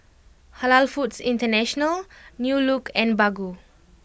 Halal Foods International New Look and Baggu